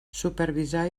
supervisar